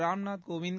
Ramnath Kovind